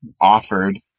offered